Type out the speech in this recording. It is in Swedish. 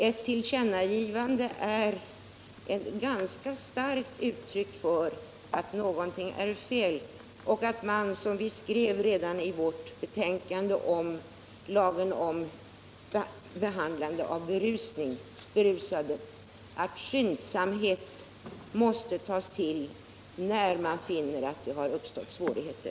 Ett tillkännagivande är ett ganska starkt uttryck för att någonting är felaktigt. Det krävs, som vi skrev redan i vårt betänkande om lagen om behandling av berusade, skyndsamhet när man finner att det har uppstått svårigheter.